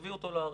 תביא אותו לארץ.